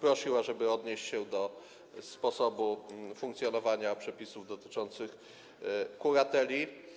prosił, żeby odnieść się do sposobu funkcjonowania przepisów dotyczących kurateli.